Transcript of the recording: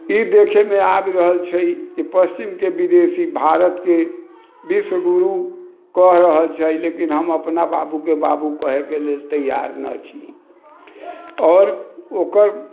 ई देखैमे आबि रहल छै कि पश्चिमके विदेशी भारतके विश्व गुरु कहि रहल छै लेकिन हम अपना बाबूके बाबू कहैके लेल तैयार नहि छी आओर ओकर